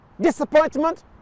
disappointment